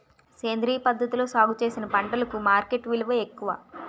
సేంద్రియ పద్ధతిలో సాగు చేసిన పంటలకు మార్కెట్ విలువ ఎక్కువ